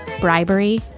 bribery